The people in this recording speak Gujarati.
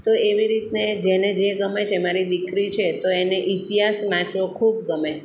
તો એવી રીતને જેને જે ગમે છે મારી દીકરી છે તો એને ઇતિહાસ વાંચવો ખૂબ ગમે